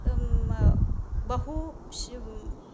बहु